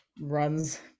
runs